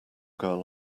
girl